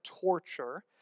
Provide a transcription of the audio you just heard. torture